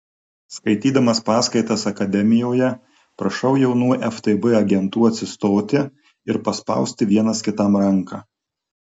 skaitydamas paskaitas akademijoje prašau jaunų ftb agentų atsistoti ir paspausti vienas kitam ranką